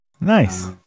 Nice